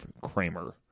Kramer